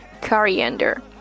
coriander